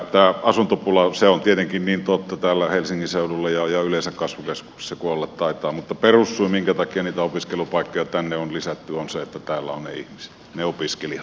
tämä asuntopula on tietenkin niin totta täällä helsingin seudulla ja yleensä kasvukeskuksissa kuin olla taitaa mutta perussyy minkä takia niitä opiskelupaikkoja tänne on lisätty on se että täällä ovat ne opiskelijat